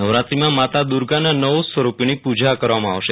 નવરાત્રીમાં માતા દુર્ગાના નવ સ્વરૂપોની પૂજા કરવામાં આવશે